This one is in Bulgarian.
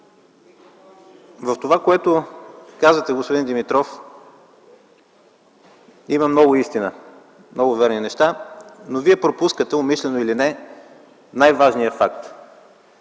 В това, което казвате, господин Димитров, има много истина, много верни неща, но Вие пропускате, умишлено или не, най-важния факт